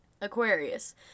Aquarius